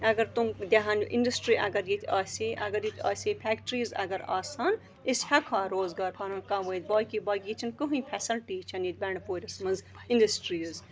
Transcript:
اَگر تِم دِہَن اِنٛڈَسٹِرٛی اگر ییٚتہِ آسہِ ہے اگر ییٚتہِ آسہِ ہے فٮ۪کٹرٛیٖز اگر آسہٕ ہَن أسۍ ہٮ۪کہٕ ہو روزگار پَنُن کَموٲیِتھ باقٕے باقٕے ییٚتہِ چھِنہٕ کٕہۭنۍ فٮ۪سَلٹی یی چھَنہٕ ییٚتہِ بَنٛڈپوٗرِس منٛز اِنٛڈَسٹرٛیٖز